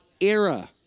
era